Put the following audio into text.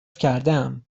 کردهام